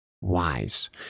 wise